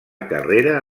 carrera